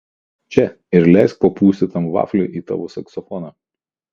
ateik čia ir leisk papūsti tam vafliui į tavo saksofoną